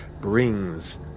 brings